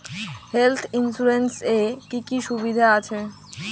Health insurance এ কি কি সুবিধা আছে?